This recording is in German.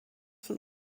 von